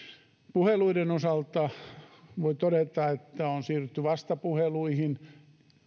puheluiden osalta voin todeta että on siirrytty vastapuheluihin